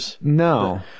No